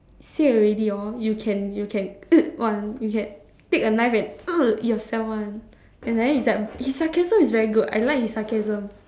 say already hor you can you can [one] you can take a knife and yourself [one] and then is like his sarcasm is very good I like his sarcasm